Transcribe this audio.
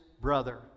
brother